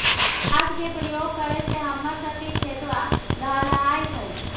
खाद के प्रयोग करे से हम्मर स के खेतवा लहलाईत हई